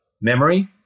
memory